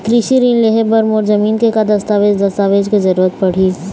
कृषि ऋण लेहे बर मोर जमीन के का दस्तावेज दस्तावेज के जरूरत पड़ही?